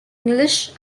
english